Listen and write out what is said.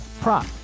prop